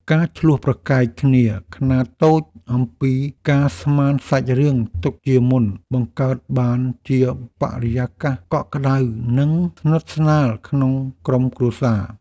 ការឈ្លោះប្រកែកគ្នាខ្នាតតូចអំពីការស្មានសាច់រឿងទុកជាមុនបង្កើតបានជាបរិយាកាសកក់ក្ដៅនិងស្និទ្ធស្នាលក្នុងក្រុមគ្រួសារ។